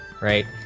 right